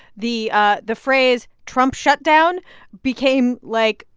the ah the phrase trump shutdown became, like,